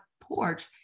porch